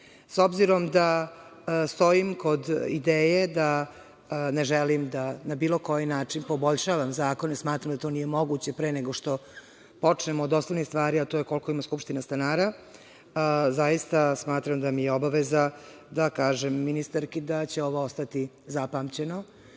obzirom da stojim kod ideje da ne želim da na bilo koji način poboljšavam zakone, smatram da to nije moguće pre nego što počnemo od osnovnih stvari, a to je koliko ima skupština stanara. Zaista smatram da mi je obaveza da kažem ministarki da će ovo ostati zapamćeno